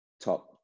top